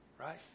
Right